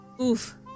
Oof